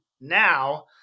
now